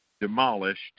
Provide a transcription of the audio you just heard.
demolished